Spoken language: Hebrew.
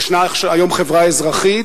ישנה היום חברה אזרחית,